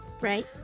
Right